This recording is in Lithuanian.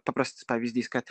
paprastas pavyzdys kad